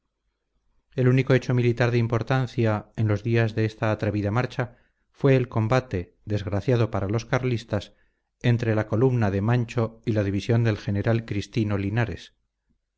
el único hecho militar de importancia en los días de esta atrevida marcha fue el combate desgraciado para los carlistas entre la columna de mancho y la división del general cristino linares